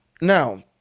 now